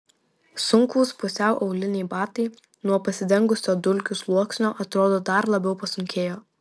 sunkūs pusiau auliniai batai nuo pasidengusio dulkių sluoksnio atrodo dar labiau pasunkėjo